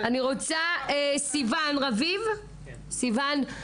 סיוון רביב בבקשה,